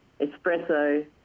espresso